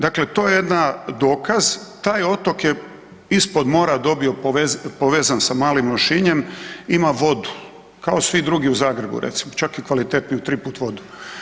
Dakle, to je jedna dokaz, taj otok je ispod mora dobio povezan sa Malim Lošinjem ima vodu, kao svi drugi u Zagrebu recimo čak i kvalitetniju 3 puta vodu.